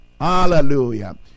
Hallelujah